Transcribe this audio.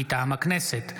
מטעם הכנסת: